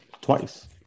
twice